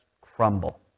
crumble